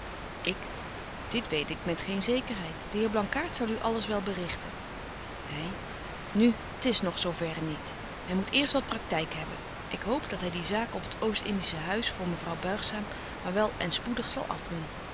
ik dit weet ik met geen zekerheid de heer blankaart zal u alles wel berichten hy nu t is nog zo verre niet hy moet eerst wat praktyk hebben ik hoop dat hy die zaak op het oostindische huis voor mevrouw buigzaam maar wel en spoedig zal afdoen